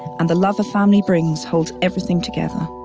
and the love a family brings holds everything together.